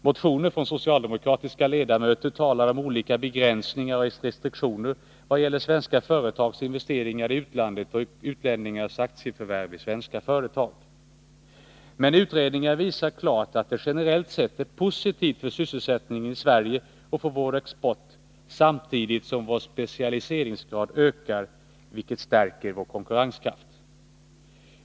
Motioner från socialdemokratiska ledamöter talar om olika begränsningar och restriktioner vad gäller svenska företags investeringar i utlandet och utlänningars aktieförvärv i svenska företag. Men utredningar visar klart att detta generellt sätt är positivt för sysselsättningen i Sverige och för vår export, samtidigt som vår specialiseringsgrad ökar, vilket stärker vår konkurrenskraft.